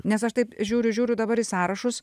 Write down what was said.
nes aš taip žiūriu žiūriu dabar į sąrašus